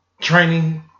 training